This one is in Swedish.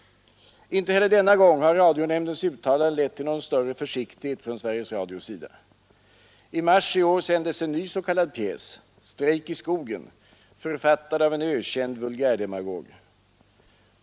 Inte heller denna gång har radionämndens uttalande lett till någon större försiktighet från Sveriges Radios sida. I mars i år sändes en ny s.k. P. ”Strejk i skogen”, författad av en ökänd vulgärdemagog.